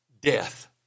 death